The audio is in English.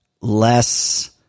less